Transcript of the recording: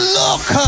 look